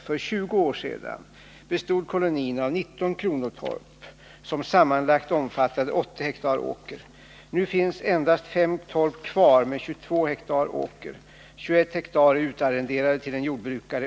För 20 år sedan bestod kolonin av 19 kronotorp, som sammanlagt omfattade 80 ha åker. Nu finns det endast 5 torp kvar med 22 ha åker. 21 ha är utarrenderade till en jordbrukare.